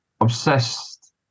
obsessed